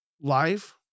life